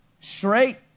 Straight